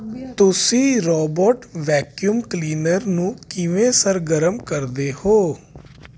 ਤੁਸੀਂ robot vacuum cleaner ਨੂੰ ਕਿਵੇਂ ਸਰਗਰਮ ਕਰਦੇ ਹੋ